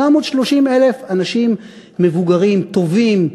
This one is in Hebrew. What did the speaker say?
830,000 אנשים מבוגרים, טובים,